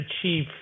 achieve